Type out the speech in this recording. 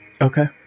Okay